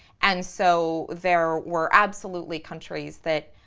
and so there were absolutely countries that